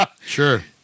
Sure